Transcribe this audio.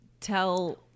tell